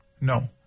no